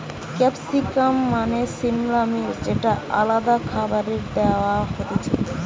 capsicum মানে সিমলা মির্চ যেটা আলাদা খাবারে দেয়া হতিছে